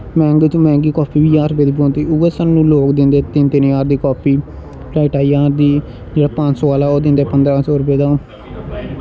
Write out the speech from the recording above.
मैंह्गे ते मैंह्गी कापी ज्हार रपे दी पौंदी उ'ऐ उ'ऐ साह्नू लोग दिंदे तिन्न तिन्न ज्हार रपे दा कापी ढाई ढाई ज्हार दी जेह्ड़ा पंज सौ आह्ला ओह् दिंदा पंदरां सौ रपे दा